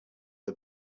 the